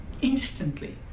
instantly